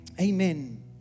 Amen